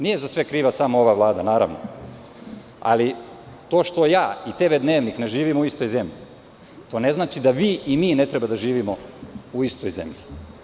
Nije za sve kriva Vlada, naravno, ali to što ja i tv dnevnik ne živimo u istoj zemlji, to ne znači da vi i mi ne treba da živimo u istoj zemlji.